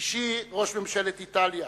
אישי, ראש ממשלת איטליה,